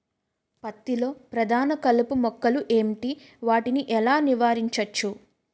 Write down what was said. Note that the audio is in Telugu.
పత్తి లో ప్రధాన కలుపు మొక్కలు ఎంటి? వాటిని ఎలా నీవారించచ్చు?